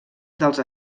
dels